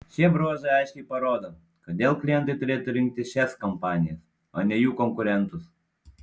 šie bruožai aiškiai parodo kodėl klientai turėtų rinktis šias kompanijas o ne jų konkurentus